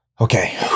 Okay